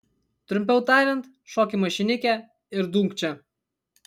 trumpiau tariant šok į mašinikę ir dumk čia